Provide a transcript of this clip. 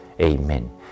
Amen